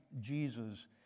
Jesus